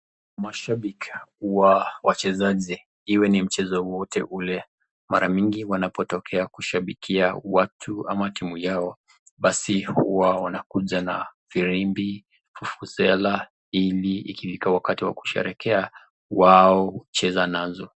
Mashabiki wa wachezaji iwe ni mchezo wowote ule, mara mingi baada ya kutoka kushabikia watu ama timu yao, basi huwa wanakuja na firimbi, fufuzela ili ikifika wakati wa kusherehekea wao hucheza nazo.